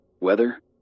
Weather